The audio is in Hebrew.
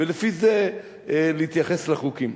ולפי זה להתייחס לחוקים.